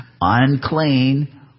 Unclean